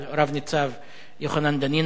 רב-ניצב יוחנן דנינו,